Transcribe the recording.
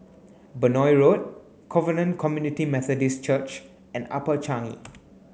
Benoi Road Covenant Community Methodist Church and Upper Changi